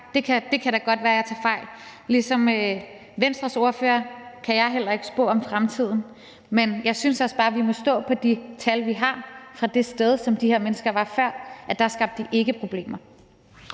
Det kan da godt være, jeg tager fejl. Ligesom Venstres ordfører kan jeg heller ikke spå om fremtiden, men jeg synes også bare, at vi må stå på de tal, vi har, fra det sted, hvor de her mennesker var før, og der skabte de ikke problemer.